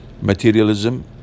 materialism